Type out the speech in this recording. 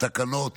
תקנות